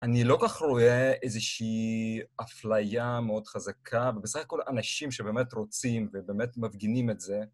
אני לא כך רואה איזושהי אפליה מאוד חזקה, ובסך הכול אנשים שבאמת רוצים ובאמת מפגינים את זה.